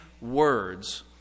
words